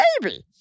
baby